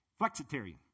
flexitarian